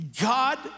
God